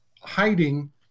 hiding